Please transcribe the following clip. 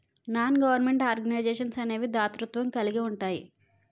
non government organisations అనేవి దాతృత్వం కలిగి ఉంటాయి